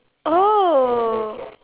oh